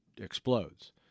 explodes